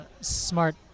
smart